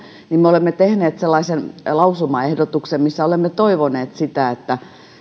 tehneet sellaisen lausumaehdotuksen missä olemme toivoneet sitä että